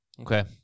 Okay